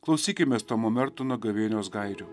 klausykimės tomo mertono gavėnios gairių